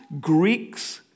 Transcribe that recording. Greeks